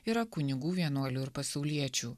yra kunigų vienuolių ir pasauliečių